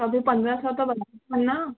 त बि पंद्रहं सौ त वधीक आहिनि न